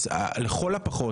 אז לכל הפחות,